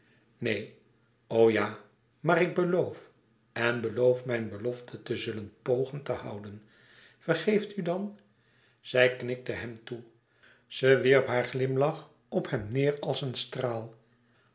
o ja maar ik beloof en beloof mijn belofte te zullen pgen te houden vergeeft u dan zij knikte hem toe zij wierp haar glimlach op hem neêr als een straal